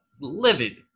livid